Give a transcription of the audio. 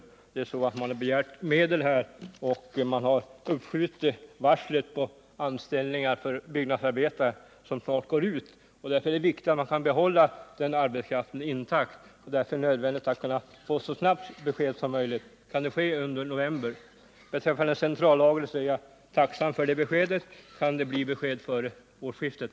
Det är nämligen så att man har begärt medel och uppskjutit varslet för de anställda byggnadsarbetarna, och tiden går snart ut. Eftersom det är viktigt att kunna behålla den arbetskraften intakt är det nödvändigt att få beskedet så snabbt som möjligt. Kan det ske under november månad? Beträffande frågan om centrallagret är jag tacksam för det besked som lämnats. Men kan ett beslut fattas före årsskiftet?